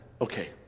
Okay